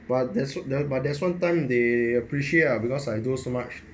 but there's t~ but there's one time they appreciate ah because I do so much